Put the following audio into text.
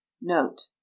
Note